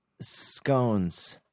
scones